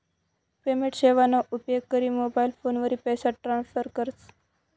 payment सेवाना उपेग करी मोबाईल फोनवरी पैसा ट्रान्स्फर करतस